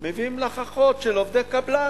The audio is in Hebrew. מביאים לך אחות עובדת קבלן.